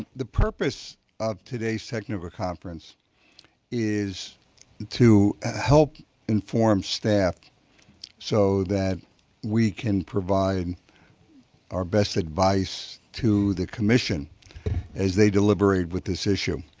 the purpose of today's technical conference is to help inform staff so that we can provide our best advice to the commission as they deliberate with this issue.